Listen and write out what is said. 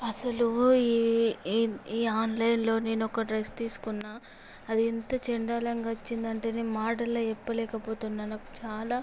అసలు ఈ ఆన్లైన్లో నేను ఒక డ్రెస్ తీసుకున్నా అది ఎంత చెండాలంగా వచ్చిందంటేనే మాటల్లో చెప్పలేకపోతున్నాను నాకు చాలా